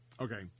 Okay